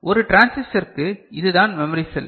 ஒரு டிரான்சிஸ்டருக்கு இது தான் மெமரி செல்